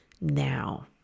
now